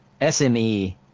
SME